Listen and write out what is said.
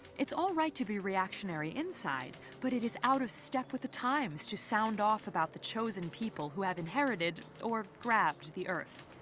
it's all right to be reactionary inside, but it is out of step with the times to sound off about the chosen people who had inherited, or grabbed the earth.